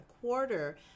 quarter